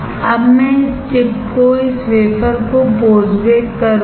अब मैं इस चिप को इस वेफर कोपोस्ट बेक करूंगा